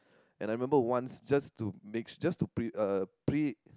and I remember once just to make sure just to pre~ uh pre~